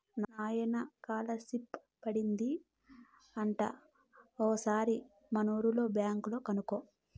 నాయనా కాలర్షిప్ పడింది అంట ఓసారి మనూరి బ్యాంక్ లో కనుకో